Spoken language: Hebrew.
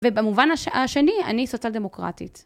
ובמובן השני אני סוציאל דמוקרטית.